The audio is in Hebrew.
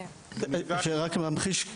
מה שרק ממחיש,